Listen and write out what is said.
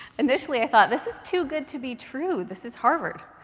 initially, i thought, this is too good to be true. this is harvard.